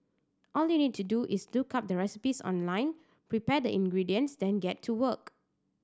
all you need to do is look up the recipes online prepare the ingredients then get to work